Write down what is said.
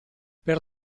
per